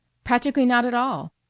practically not at all.